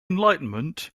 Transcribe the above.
enlightenment